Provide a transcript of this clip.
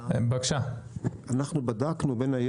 אנחנו בדקנו מה נתח,